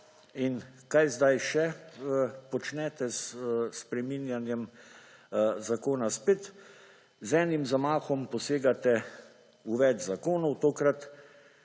In kaj sedaj še počnete s spreminjanjem zakona? Spet z enim zamahom posegate v več zakonov, tokrat